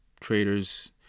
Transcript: traders